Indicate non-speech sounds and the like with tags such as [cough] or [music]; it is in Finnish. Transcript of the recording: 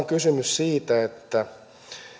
[unintelligible] kysymys siitä että